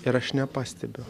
ir aš nepastebiu